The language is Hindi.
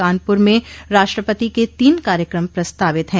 कानपुर में राष्ट्रपति के तीन कार्यक्रम प्रस्तावित है